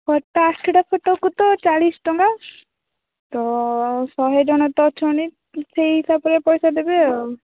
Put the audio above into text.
photo ଆଠଟା ଫୋଟୋକୁ ତ ଚାଳିଶ ଟଙ୍କା ତ ଶହେ ଜଣ ତ ଅଛନ୍ତି ସେଇ ହିସାବରେ ପଇସା ଦେବେ ଆଉ